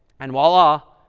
and voila,